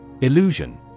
Illusion